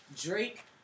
Drake